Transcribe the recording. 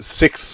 six